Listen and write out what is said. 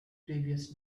previous